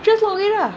just login ah